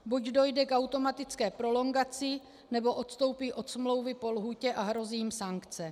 Buď dojde k automatické prolongaci, nebo odstoupí od smlouvy po lhůtě a hrozí jim sankce.